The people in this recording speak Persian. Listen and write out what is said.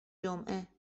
جمعه